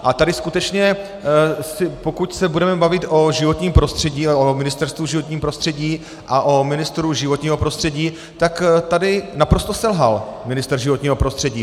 A tady skutečně, pokud se budeme bavit o životním prostředí, o Ministerstvu životního prostředí a o ministru životního prostředí, tak tady naprosto selhal ministr životního prostředí.